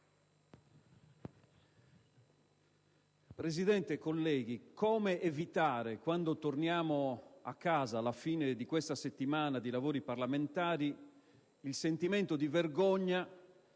Presidente, onorevoli colleghi, come evitare, quando torniamo a casa alla fine di questa settimana di lavori parlamentari, il sentimento di vergogna